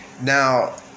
now